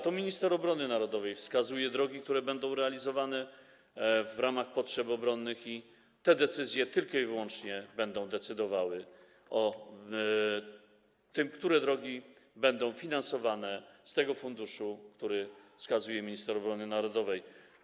To minister obrony narodowej wskazuje drogi, które będą realizowane w ramach potrzeb obronnych, i tylko i wyłącznie te decyzje będą decydowały o tym, które drogi będą finansowane z funduszu, który wskazuje minister obrony narodowej.